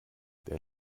der